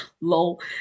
lol